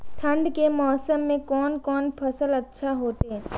ठंड के मौसम में कोन कोन फसल अच्छा होते?